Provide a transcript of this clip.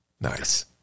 Nice